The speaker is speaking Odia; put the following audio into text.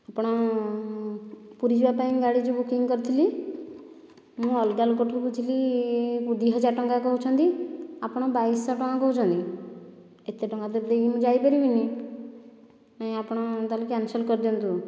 ଆପଣ ପୁରୀ ଯିବା ପାଇଁ ଗାଡ଼ି ଯେଉଁ ବୁକିଂ କରିଥିଲି ମୁଁ ଅଲଗା ଲୋକଠୁ ବୁଝିଲି ଦୁଇ ହଜାର ଟଙ୍କା କହୁଛନ୍ତି ଆପଣ ବାଇଶ ଶହ ଟଙ୍କା କହୁଛନ୍ତି ଏତେ ଟଙ୍କା ତ ଦେଇକି ମୁଁ ଯାଇପାରିବିନି ନାଇଁ ଆପଣ ତାହେଲେ କ୍ୟାନ୍ସଲ୍ କରିଦିଅନ୍ତୁ